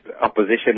opposition